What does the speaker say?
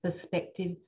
perspectives